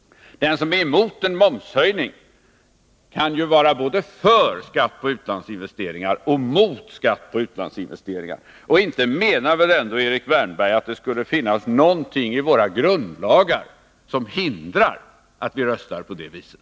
Den som är emot en momshöjning kan ju vara antingen för skatt på utlandsinvesteringar eller också emot den. Inte menar väl Erik Wärnberg att det skulle finnas något i våra grundlagar som hindrar oss från att rösta på det viset.